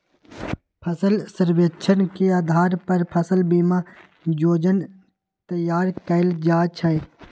फसल सर्वेक्षण के अधार पर फसल बीमा जोजना तइयार कएल जाइ छइ